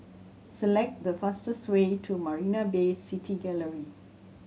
select the fastest way to Marina Bay City Gallery